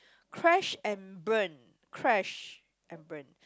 crash and burn crash and burn